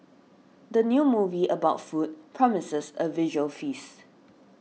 the new movie about food promises a visual feast